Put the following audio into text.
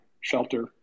shelter